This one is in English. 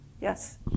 Yes